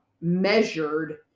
measured